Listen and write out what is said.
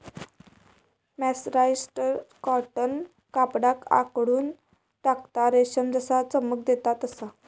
mercerised cotton कपड्याक आखडून टाकता, रेशम जसा चमक देता तसा